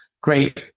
great